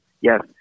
yes